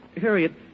Harriet